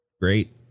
great